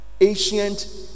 Ancient